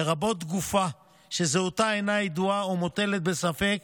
לרבות גופה שזהותה אינה ידועה או מוטלת בספק,